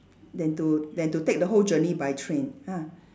then to then to take the whole journey by train ah